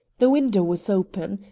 the window was open.